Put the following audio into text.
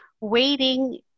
waiting